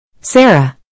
Sarah